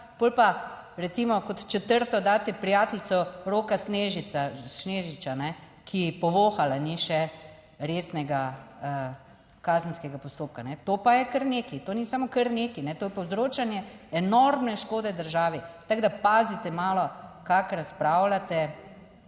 potem pa recimo kot četrto daste prijateljico Roka Snežiča, ki povohala ni še resnega kazenskega postopka ne, to pa je kar nekaj. To ni samo kar nekaj, to je povzročanje enormne škode državi. Tako da pazite malo, kako razpravljate.